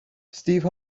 steve